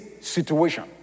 situation